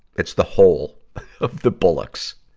it's the whole of the bullocks.